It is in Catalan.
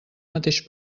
mateix